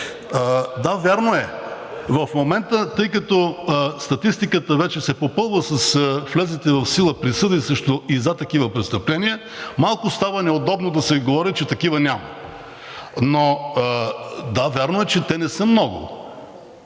Да, вярно е в момента, тъй като статистиката вече се попълва с влезлите в сила присъди срещу и за такива престъпления, малко става неудобно да се говори, че такива няма. Да, вярно е, че те не са много,